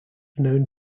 known